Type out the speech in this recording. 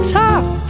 top